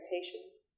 expectations